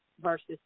versus